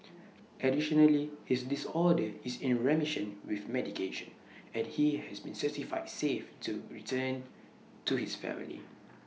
additionally his disorder is in remission with medication and he has been certified safe to be returned to his family